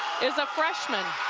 is a freshman